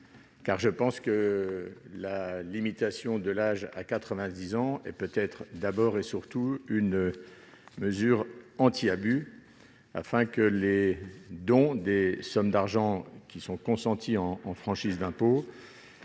car je pense que la limitation de l'âge à 80 ans est peut-être d'abord et surtout une mesure anti-abus. Il s'agit d'éviter que les dons de sommes d'argent consentis en franchise d'impôt